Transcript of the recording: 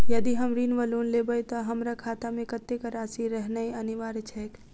यदि हम ऋण वा लोन लेबै तऽ हमरा खाता मे कत्तेक राशि रहनैय अनिवार्य छैक?